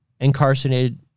incarcerated